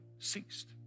ceased